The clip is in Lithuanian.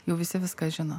jau visi viską žino